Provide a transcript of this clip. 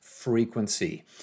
frequency